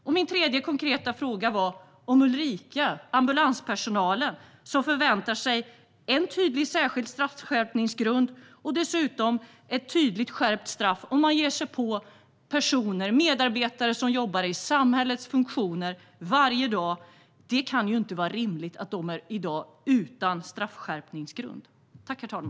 För det tredje: Ulrika, som arbetar som ambulanspersonal, förväntar sig en tydlig straffskärpningsgrund och dessutom ett tydligt skärpt straff för den som ger sig på personer och medarbetare som jobbar i samhällets funktioner varje dag. Det kan inte vara rimligt att det är utan straffskärpningsgrund i dag.